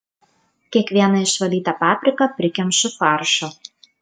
kiekvieną išvalytą papriką prikemšu faršo